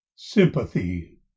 Sympathy